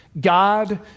God